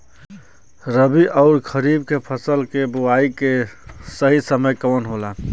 रबी अउर खरीफ के फसल के बोआई के सही समय कवन होला?